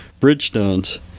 Bridgestones